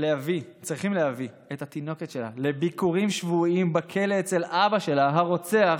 צריכים להביא את התינוקת שלה לביקורים שבועיים בכלא אצל אבא שלה הרוצח